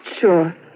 sure